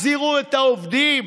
תחזירו את העובדים.